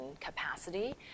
capacity